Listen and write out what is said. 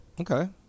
Okay